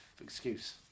excuse